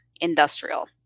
industrial